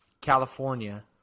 California